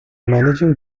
managing